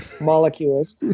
molecules